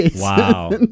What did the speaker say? Wow